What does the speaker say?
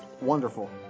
wonderful